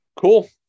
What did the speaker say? cool